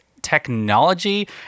technology